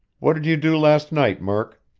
what did you do last night, murk?